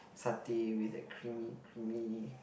satay with a creamy creamy